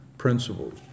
principles